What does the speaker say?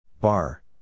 Bar